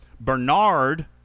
Bernard